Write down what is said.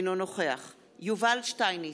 אינו נוכח יובל שטייניץ,